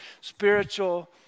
spiritual